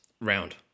round